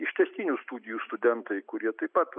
ištęstinių studijų studentai kurie taip pat